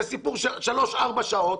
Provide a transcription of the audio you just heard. זה סיפור של שלוש-ארבע שעות.